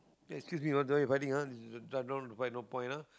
eh excuse me you know fighting ah trying to fight no point ah